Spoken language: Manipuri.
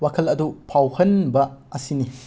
ꯋꯥꯈꯜ ꯑꯗꯨ ꯐꯥꯎꯍꯟꯕ ꯑꯁꯤꯅꯤ